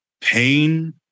pain